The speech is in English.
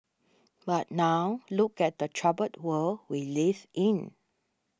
but now look at the troubled world we live in